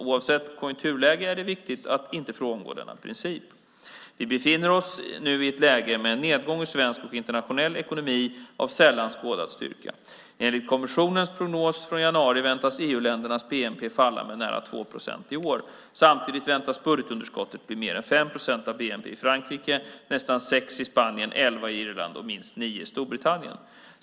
Oavsett konjunkturläge är det viktigt att inte frångå denna princip. Vi befinner oss nu i ett läge med en nedgång i svensk och internationell ekonomi av sällan skådad styrka. Enligt kommissionens prognos från januari väntas EU-ländernas bnp falla med nära 2 procent i år. Samtidigt väntas budgetunderskottet bli mer än 5 procent av bnp i Frankrike, nästan 6 procent i Spanien, 11 procent i Irland och minst 9 procent i Storbritannien.